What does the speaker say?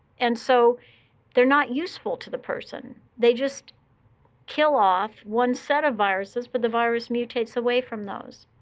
and so they're not useful to the person. they just kill off one set of viruses. but the virus mutates away from those.